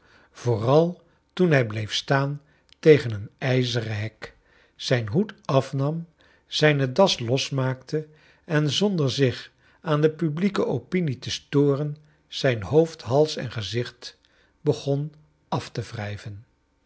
vooral toen hij bleef staan tegen een ijzeren hek zijn hoed afnam zijne das losmaakte en zonder zich aan de publieke opinie te storen zijn hoofd hals en gezicht begon af te wrijven